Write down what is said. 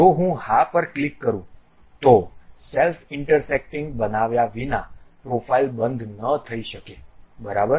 જો હું હા પર ક્લિક કરું તો સેલ્ફ ઇન્ટરસેક્ટિંગ બનાવ્યા વિના પ્રોફાઇલ બંધ ન થઈ શકે બરાબર